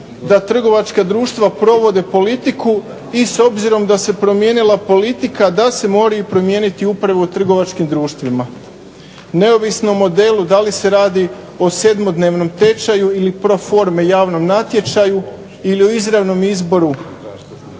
da trgovačka društva provode politiku i s obzirom da se promijenila politika da se mora promijeniti upravo u trgovačkim društvima. Neovisno o modelu da li se radi o sedmodnevnom tečaju ili pro forme javnom natječaju ili u izravnom izboru